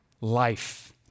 life